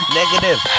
negative